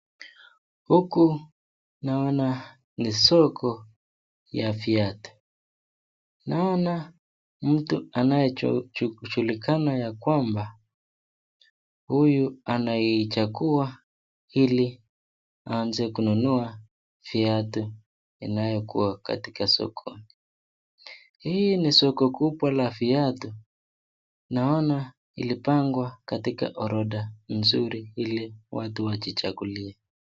Huku naona ni soko ya viatu, naona mtu anayejulikana ya kwamba huyu anaichagua ili aanze kununua viatu vinayokuwa kwenye soko. Hii ni soko ya viatu, naona ilipangwa kwenye arodha nzuri ili watu wajichagulie.